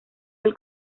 del